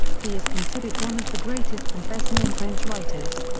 he is considered one of the greatest and best known french writers.